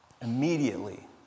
Immediately